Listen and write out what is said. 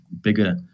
bigger